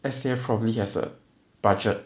S_A_F probably has a budget